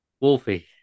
Wolfie